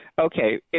Okay